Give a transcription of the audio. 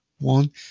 one